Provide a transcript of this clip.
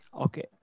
Okay